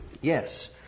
Yes